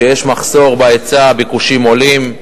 כשיש מחסור בהיצע הביקושים עולים,